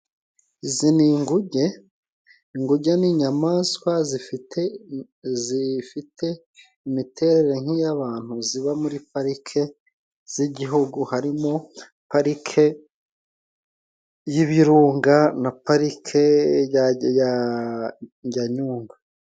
Izi ni inguge, inguge n' inyamaswa zifite imiterere nk' iy' abantu, ziba muri parike z' igihugu, harimo parike y' ibirunga na parike ya Nyungwe.